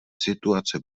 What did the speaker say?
situace